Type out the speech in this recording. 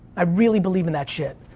i really believe in that shit.